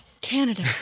Canada